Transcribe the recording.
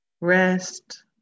rest